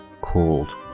called